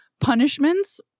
punishments